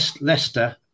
Leicester